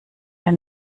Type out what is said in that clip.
der